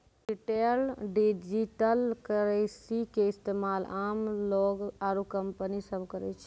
retail digital currency के इस्तेमाल आम लोग आरू कंपनी सब करै छै